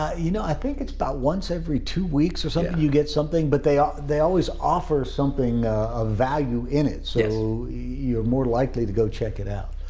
ah you know i think it's about once every two weeks or something, so you get something. but they ah they always offer something of value in it. so you're more likely to go check it out.